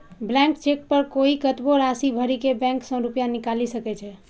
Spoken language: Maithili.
ब्लैंक चेक पर कोइ कतबो राशि भरि के बैंक सं रुपैया निकालि सकै छै